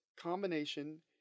combination